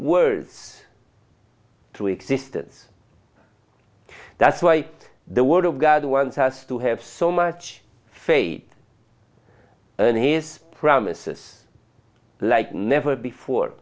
words to existence that's why the word of god wants us to have so much fate and his promises like never before